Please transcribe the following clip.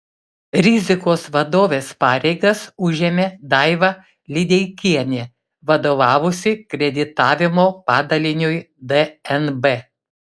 rizikos vadovės pareigas užėmė daiva lideikienė vadovavusi kreditavimo padaliniui dnb